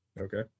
Okay